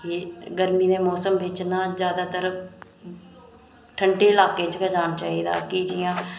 ते गर्मी दे मौसम बिच ना जादैतर ठंडे ल्हाके च गै जाना चाहिदा की जि'यां